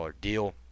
deal